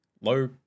low